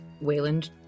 Wayland